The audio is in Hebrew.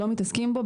מתעסקים בו,